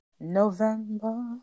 november